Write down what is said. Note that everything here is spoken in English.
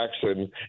Jackson